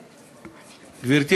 2016,